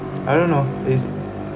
I don't know it's